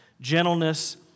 gentleness